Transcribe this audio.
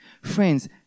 Friends